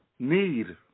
Need